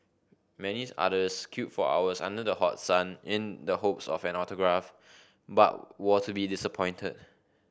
many others queued for hours under the hot sun in the hopes of an autograph but were to be disappointed